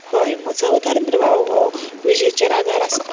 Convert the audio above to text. हय म्हजो उदारनिर्वाह हो विजेचेर आदार आसा